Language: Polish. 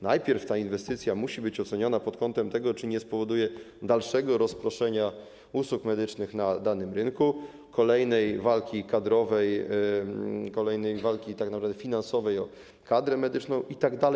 Najpierw ta inwestycja musi być oceniona pod kątem tego, czy nie spowoduje dalszego rozproszenia usług medycznych na danym rynku, kolejnej walki kadrowej, kolejnej walki - tak naprawdę - finansowej o kadrę medyczną itd.